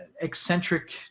eccentric